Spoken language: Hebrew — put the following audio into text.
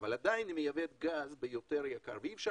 אבל עדיין היא מייבאת גז ביותר גז ואי אפשר